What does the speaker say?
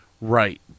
Right